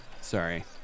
sorry